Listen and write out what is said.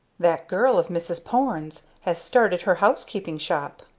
that girl of mrs. porne's has started her housekeeping shop!